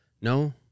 no